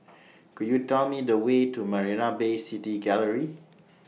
Could YOU Tell Me The Way to Marina Bay City Gallery